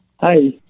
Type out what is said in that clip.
Hi